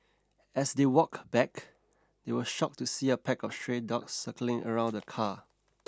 as they walk back they were shocked to see a pack of stray dogs circling around the car